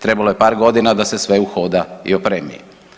Trebalo je par godina da se sve uhoda i opremi.